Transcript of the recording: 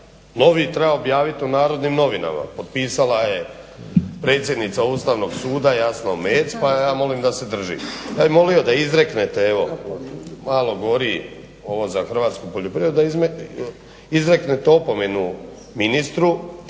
novi treba objavit u Narodnim novinama. Potpisala je predsjednica Ustavnog suda Jasna Omejec, pa je ja molim da se drži. Ja bih molio da izreknete evo, malo gori ovo za hrvatsku poljoprivredu, da izreknete opomenu ministru